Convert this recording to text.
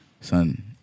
Son